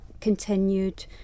continued